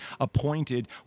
appointed